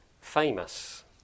famous